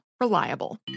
Reliable